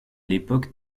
l’époque